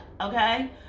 Okay